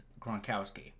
Gronkowski